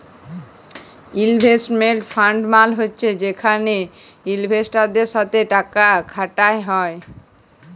investment fund মালে হছে যেখালে ইলভেস্টারদের সাথে টাকা খাটাল হ্যয়